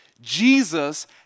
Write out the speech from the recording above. Jesus